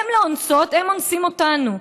הן לא אונסות, הם אונסים אותנו.